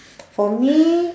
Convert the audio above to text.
for me